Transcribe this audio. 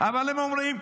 אבל הם אומרים: